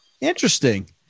Interesting